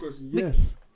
yes